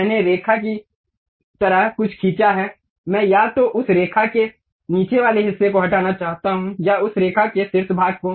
मैंने रेखा की तरह कुछ खींचा है मैं या तो उस रेखा के नीचे वाले हिस्से को हटाना चाहता हूं या उस रेखा के शीर्ष भाग को